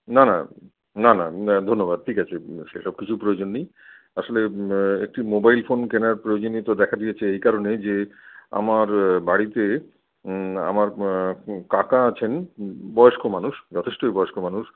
না না না না ধন্যবাদ ঠিক আছে সেসব কিছুর প্রয়োজন নেই আসলে একটি মোবাইল ফোন কেনার প্রয়োজনীয়তা দেখা দিয়েছে এই কারণে যে আমার বাড়িতে আমার কাকা আছেন বয়স্ক মানুষ যথেষ্টই বয়স্ক মানুষ